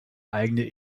eigene